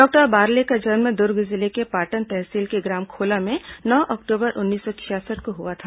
doctor Barle का जन्म दुर्ग जिले के पाटन तहसील के ग्राम खोला में नौ अक्टूबर उन्नीस सौ छियासठ को हुआ था